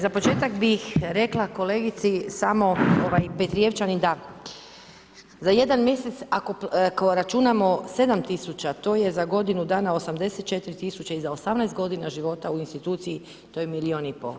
Za početak bih rekla kolegici samo Petrijevčanin, da za jedan mjesec, ako računam 7000 to je za godinu dana 84 tisuće i za 18 g. života u instituciji to je milijun i pol.